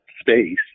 space